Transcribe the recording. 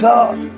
God